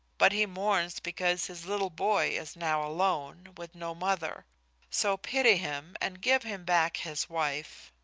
but he mourns because his little boy is now alone, with no mother so pity him and give him back his wife.